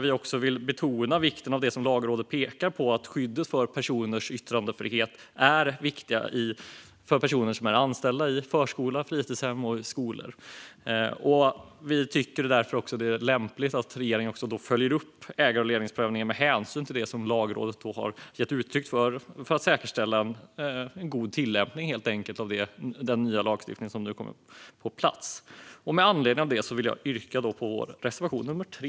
Vi vill betona vikten av det som Lagrådet pekar på när det gäller att skyddet för personers yttrandefrihet är viktigt för personer som är anställda i förskola, fritidshem och skola. Därför är det lämpligt att regeringen följer upp ägar och ledningsprövningen med hänsyn till det som Lagrådet har gett uttryck för, för att helt enkelt säkerställa god tillämpning av den nya lagstiftning som kommer att komma på plats. Med anledning av det vill jag yrka bifall till reservation nummer 3.